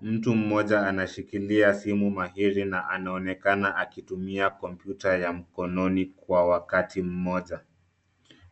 Mtu mmoja anashikilia simu mahiri na anaonekana akitumia kompyuta ya mkononi kwa wakati mmoja.